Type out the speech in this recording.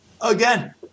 Again